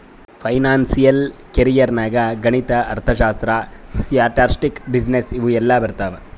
financial career ನಾಗ್ ಗಣಿತ, ಅರ್ಥಶಾಸ್ತ್ರ, ಸ್ಟ್ಯಾಟಿಸ್ಟಿಕ್ಸ್, ಬಿಸಿನ್ನೆಸ್ ಇವು ಎಲ್ಲಾ ಬರ್ತಾವ್